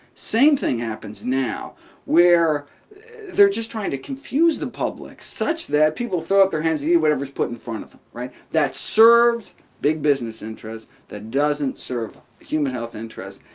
same thing happens now where they're just trying to confuse the public, such that people throw up their hands and eat whatever's put in front of them, right? that serves big business interests that doesn't serve human health interests.